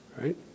Right